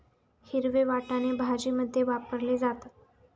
हिरवे वाटाणे भाजीमध्ये वापरले जातात